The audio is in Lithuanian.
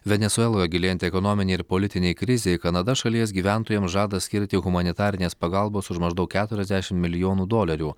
venesueloje gilėjant ekonominei ir politinei krizei kanada šalies gyventojams žada skirti humanitarinės pagalbos už maždaug keturiasdešimt milijonų dolerių